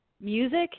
music